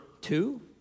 two